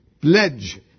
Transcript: pledge